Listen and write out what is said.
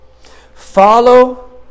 Follow